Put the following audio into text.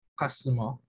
Customer